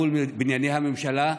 מול בנייני הממשלה,